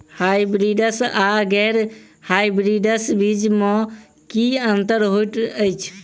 Hybrids आ गैर hybrids बीज म की अंतर होइ अछि?